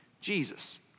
Jesus